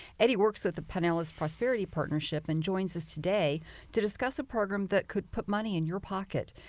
eddie works with the pinellas prosperity partnership and joins us today to discuss a program that could put money in your pocket.